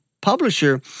publisher